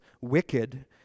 wicked